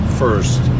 first